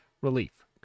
relief